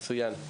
מצוין.